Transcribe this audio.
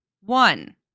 One